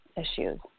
issues